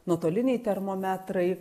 nuotoliniai termometrai